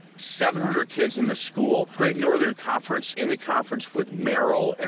seven hundred kids in the school, great northern conference in the conference with merrill, and